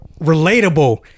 relatable